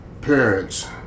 parents